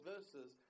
verses